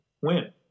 Win